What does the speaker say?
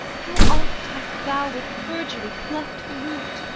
how oft hast thou with perjury cleft the root!